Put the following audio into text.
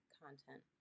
content